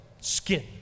Skin